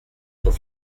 sont